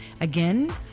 Again